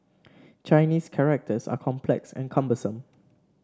Chinese characters are complex and cumbersome